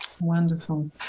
Wonderful